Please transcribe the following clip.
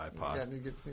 iPod